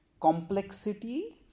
complexity